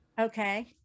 Okay